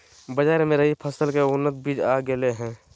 बाजार मे रबी फसल के उन्नत बीज आ गेलय हें